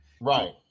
Right